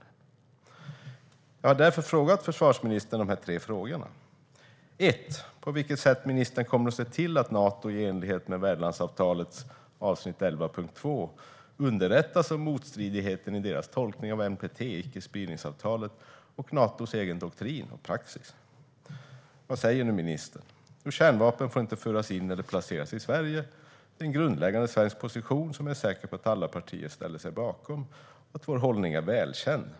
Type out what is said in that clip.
Jag har därför ställt de här tre frågorna till försvarsministern. Min första fråga är: På vilket sätt kommer ministern att se till att Nato i enlighet med värdlandsavtalets avsnitt 11.2 underrättas om motstridigheten i deras tolkning av NPT, icke-spridningsavtalet, och Natos egen doktrin och praxis? Vad svarar ministern? "Kärnvapen får inte föras in eller placeras i Sverige. Det är en grundläggande svensk position som jag är säker på att alla partier ställer sig bakom. Vår hållning är välkänd."